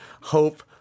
hope